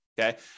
okay